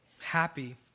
happy